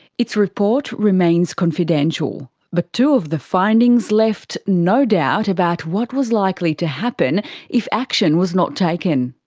its report remains confidential, but two of the findings left no doubt about what was likely to happen if action was not taken.